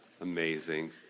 Amazing